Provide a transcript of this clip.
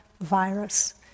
virus